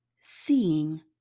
seeing